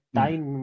time